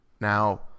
Now